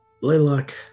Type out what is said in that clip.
Blaylock